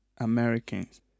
Americans